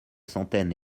centaines